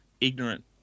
ignorant